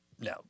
no